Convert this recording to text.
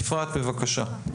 אפרת, בבקשה.